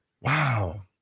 Wow